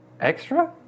Extra